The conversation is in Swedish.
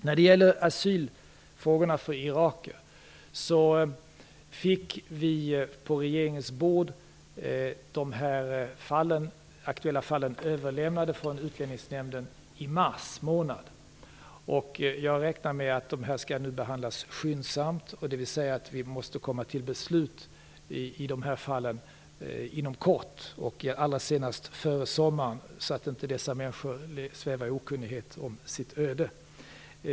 När det gäller frågan om asyl för irakier överlämnades de aktuella fallen från Utlänningsnämnden till regeringen i mars månad. Jag räknar med att de nu skall behandlas skyndsamt. Vi måste komma till beslut inom kort, allra senast före sommaren, så att dessa människor inte svävar i okunnighet om sitt öde.